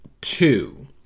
two